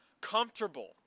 comfortable